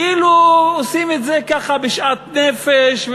כאילו עושים את זה ככה בשאט נפש,